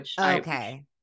Okay